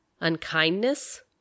unkindness